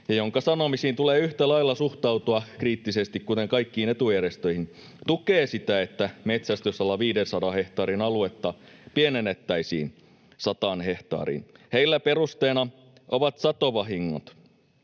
ja jonka sanomisiin tulee yhtä lailla suhtautua kriittisesti, kuten kaikkiin etujärjestöihin, tukee sitä, että metsästysalan 500 hehtaarin aluetta pienennettäisiin 100 hehtaariin. Heillä perusteena ovat satovahingot.